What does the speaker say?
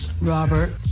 Robert